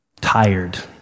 tired